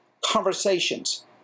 conversations